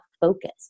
focus